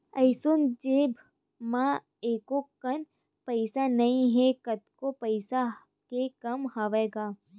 एसो जेब म एको कन पइसा नइ हे, कतको पइसा के काम हवय गा